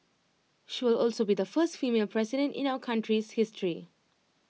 she will also be the first female president in our country's history